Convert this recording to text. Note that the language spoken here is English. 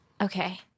Okay